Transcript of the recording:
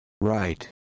Right